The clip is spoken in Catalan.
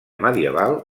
medieval